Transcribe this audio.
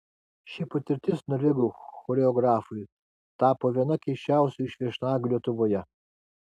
ši patirtis norvegų choreografui tapo viena keisčiausių iš viešnagių lietuvoje